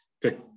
pick